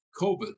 COVID